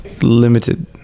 limited